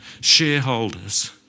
shareholders